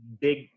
big